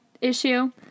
issue